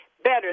better